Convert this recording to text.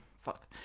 Fuck